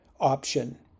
option